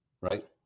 right